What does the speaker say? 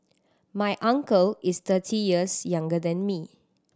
my uncle is thirty years younger than me